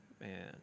man